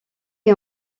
est